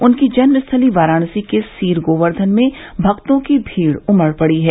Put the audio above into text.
उनकी जन्म स्थली वाराणसी के सीर गोवर्धन में भक्तों की भीड उमड़ पड़ी है